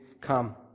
come